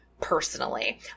personally